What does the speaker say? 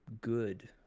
good